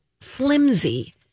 flimsy